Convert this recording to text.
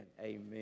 amen